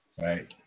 Right